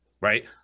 right